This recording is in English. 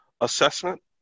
assessment